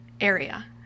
area